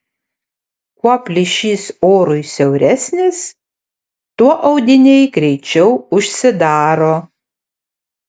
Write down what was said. kuo plyšys orui siauresnis tuo audiniai greičiau užsidaro